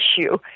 issue